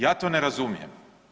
Ja to ne razumijem.